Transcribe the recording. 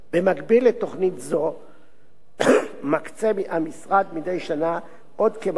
במקביל לתוכנית זו המשרד מקצה מדי שנה עוד כ-200